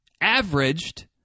averaged